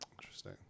Interesting